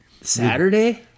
Saturday